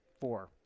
Four